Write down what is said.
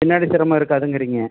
பின்னாடி சிரமம் இருக்காதுங்கிறீங்க